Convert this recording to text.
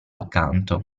accanto